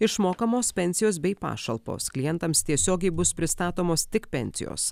išmokamos pensijos bei pašalpos klientams tiesiogiai bus pristatomos tik pensijos